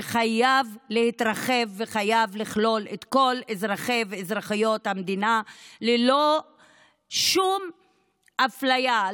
שחייב להתרחב וחייב לכלול את כל אזרחי ואזרחיות המדינה ללא שום אפליה,